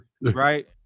Right